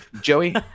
Joey